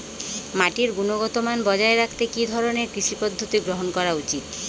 মাটির গুনগতমান বজায় রাখতে কি ধরনের কৃষি পদ্ধতি গ্রহন করা উচিৎ?